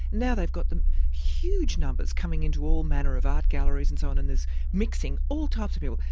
now they've got the huge numbers coming into all manner of art galleries and so on and there's mixing all types of people.